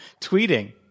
tweeting